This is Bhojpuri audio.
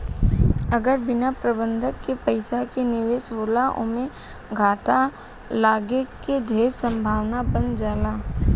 अगर बिना प्रबंधन के पइसा के निवेश होला ओमें घाटा लागे के ढेर संभावना बन जाला